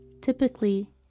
Typically